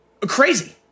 Crazy